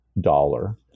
dollar